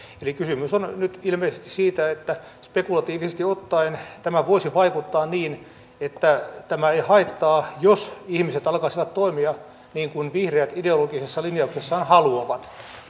eli kysymys on nyt ilmeisesti siitä että spekulatiivisesti ottaen tämä voisi vaikuttaa niin että tämä ei haittaa jos ihmiset alkaisivat toimia niin kuin vihreät ideologisessa linjauksessaan haluavat